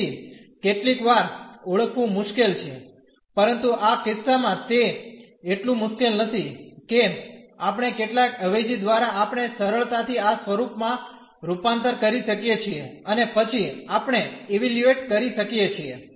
તેથી કેટલીકવાર ઓળખવું મુશ્કેલ છે પરંતુ આ કિસ્સામાં તે એટલું મુશ્કેલ નથી કે આપણે કેટલાક અવેજી દ્વારા આપણે સરળતાથી આ સ્વરુપ માં રૂપાંતર કરી શકીએ છીએ અને પછી આપણે ઇવેલ્યુએટ કરી શકીએ છીએ